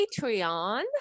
Patreon